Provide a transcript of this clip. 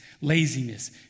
laziness